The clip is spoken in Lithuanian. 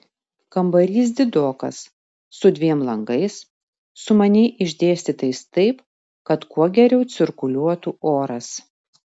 kambarys didokas su dviem langais sumaniai išdėstytais taip kad kuo geriau cirkuliuotų oras